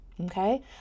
Okay